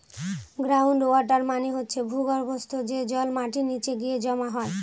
ground water মানে হচ্ছে ভূর্গভস্ত, যে জল মাটির নিচে গিয়ে জমা হয়